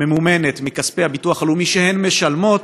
ממומנת מכספי הביטוח הלאומי שהן משלמות,